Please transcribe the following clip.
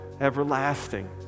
everlasting